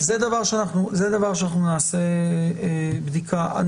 זה דבר שאנחנו נעשה בדיקה לגביו.